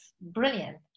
Brilliant